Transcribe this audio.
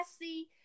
see